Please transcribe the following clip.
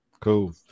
Cool